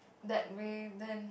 that way then